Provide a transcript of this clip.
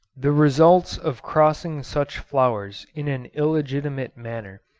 the results of crossing such flowers in an illegitimate manner,